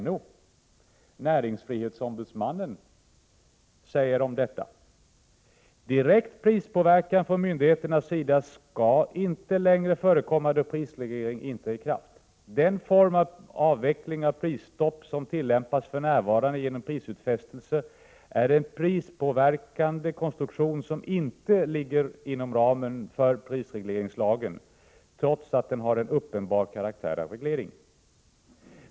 NO, näringsfrihetsombudsmannen, säger om detta: ”Direkt prispåverkan från myndigheternas sida skall inte längre förekomma då prisreglering ej är i kraft. Den form för avveckling av prisstopp som tillämpas för närvarande genom prisutfästelser är en prispåverkande konstruktion som inte ligger inom ramen för PL, trots att den har en uppenbar karaktär av reglering.